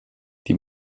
die